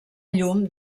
llum